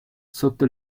sotto